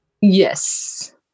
Yes